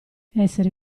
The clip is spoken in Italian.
essere